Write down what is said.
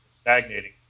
stagnating